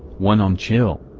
one on chill.